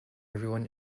everyone